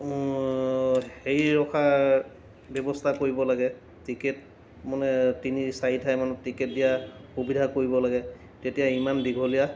হেৰি ৰখাৰ ব্যৱস্থা কৰিব লাগে টিকেট মানে তিনি চাৰি ঠাইমানত টিকেট দিয়া সুবিধা কৰিব লাগে তেতিয়া ইমান দীঘলীয়া